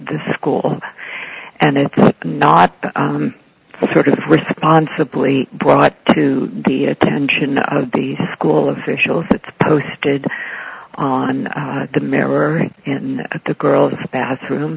the school and it's not sort of responsibly brought to the attention of the school officials it's posted on the mirror in the girl's bathroom